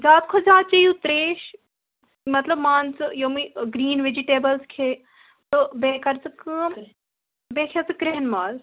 زیادٕ کھۄتہٕ زیادٕ چَیٚیُوترٛیش مطلب مان ژٕ یَِمٕۍ گریٖن وِجٹیبٕلٕز کھےٚ تہٕ بیٚیہِ کَرژٕ کٲم بیٚیہِ کھےٚ ژٕکرٛیہن ماز